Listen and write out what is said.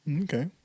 Okay